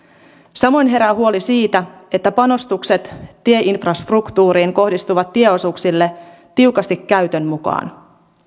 samoin herää huoli siitä että panostukset tieinfrastruktuuriin kohdistuvat tieosuuksille tiukasti käytön mukaan